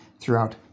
throughout